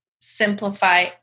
Simplify